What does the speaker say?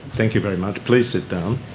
thank you very much. please sit down.